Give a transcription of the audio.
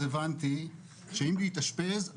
הרופאות והמטפלות והמטופלים.